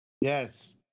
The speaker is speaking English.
Yes